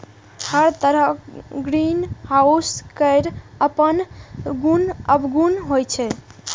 हर तरहक ग्रीनहाउस केर अपन गुण अवगुण होइ छै